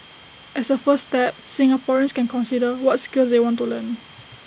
as A first step Singaporeans can consider what skills they want to learn